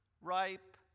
ripe